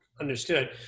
Understood